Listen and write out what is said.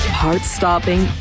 heart-stopping